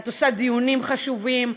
את עושה דיונים חשובים,